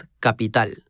capital